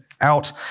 Out